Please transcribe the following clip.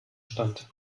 stand